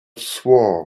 swore